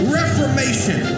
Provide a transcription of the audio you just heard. reformation